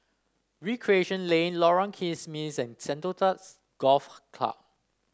Recreation Lane Lorong Kismis and Sentosa Golf Club